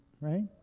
right